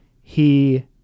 he-